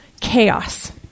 chaos